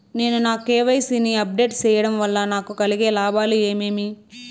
నేను నా కె.వై.సి ని అప్ డేట్ సేయడం వల్ల నాకు కలిగే లాభాలు ఏమేమీ?